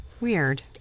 Weird